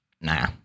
nah